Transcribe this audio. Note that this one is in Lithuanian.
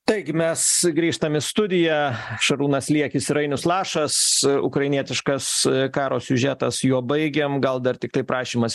taigi mes grįžtam į studiją šarūnas liekis ir ainius lašas ukrainietiškas karo siužetas juo baigiam gal dar tiktai prašymas